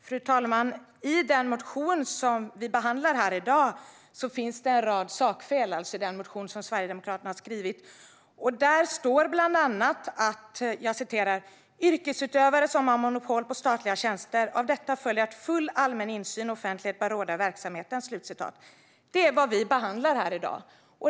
Fru talman! I Sverigedemokraternas motion som vi behandlar här i dag finns det en rad sakfel. Där står bland annat: "- yrkesutövare som har monopol på statliga tjänster. Av detta följer att full allmän insyn och offentlighet bör råda i verksamheten." Det är vad vi behandlar här i dag.